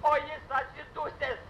o jis atsidusęs